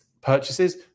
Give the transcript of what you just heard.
purchases